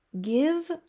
give